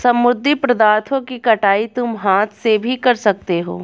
समुद्री पदार्थों की कटाई तुम हाथ से भी कर सकते हो